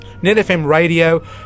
netfmradio